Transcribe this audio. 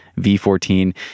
V14